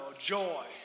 Joy